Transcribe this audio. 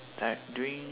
like during